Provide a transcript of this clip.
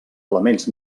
elements